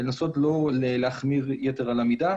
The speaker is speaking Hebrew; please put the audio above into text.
לנסות לא להחמיר יתר על המידה.